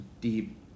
deep